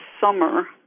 summer